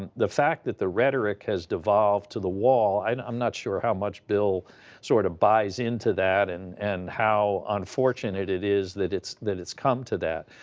and the fact that the rhetoric has devolved to the wall, and i'm not sure how much bill sort of buys into that, and and how unfortunate it is that it's that it's come to that.